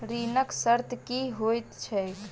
ऋणक शर्त की होइत छैक?